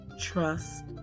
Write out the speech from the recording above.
trust